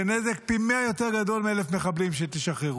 זה נזק פי מאה יותר גדול מ-1,000 מחבלים שתשחררו.